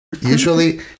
Usually